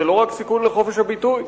זה לא רק סיכון לחופש הביטוי.